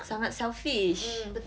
sangat selfish